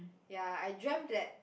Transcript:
ya I dreamt that